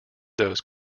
those